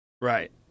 Right